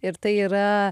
ir tai yra